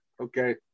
okay